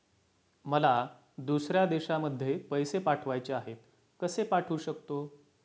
मला दुसऱ्या देशामध्ये पैसे पाठवायचे आहेत कसे पाठवू शकते?